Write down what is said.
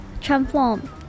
transform